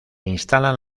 instalan